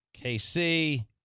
KC